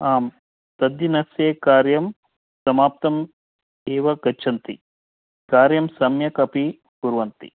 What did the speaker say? आम् तद्दिनस्य कार्यं समाप्तम् एव गच्छन्ति कार्यं सम्यक् अपि कुर्वन्ति